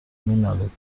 مینالید